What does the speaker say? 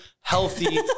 healthy